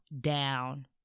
down